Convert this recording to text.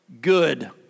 good